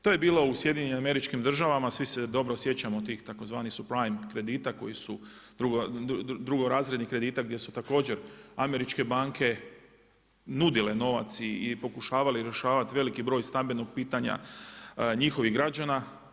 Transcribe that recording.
To je bilo u SAD-u, svi se dobro sjećamo tih tzv. subprime kredita koji su, drugorazrednih kredita gdje su također američke banke nudile novac i pokušavale rješavati veliki broj stambenog pitanja njihovih građana.